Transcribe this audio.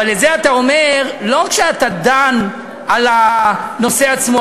אבל את זה אתה אומר לא רק כשאתה דן בנושא עצמו,